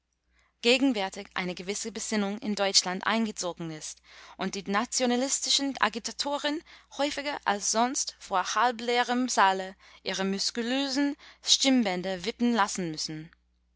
gegenwärtig eine gewisse besinnung in deutschland eingezogen ist und die nationalistischen agitatoren häufiger als sonst vor halbleerem saale ihre muskulösen stimmbänder wippen lassen müssen